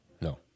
No